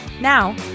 now